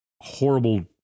horrible